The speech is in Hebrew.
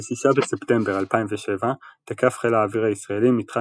ב-6 בספטמבר 2007 תקף חיל האוויר הישראלי מתחם